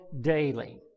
daily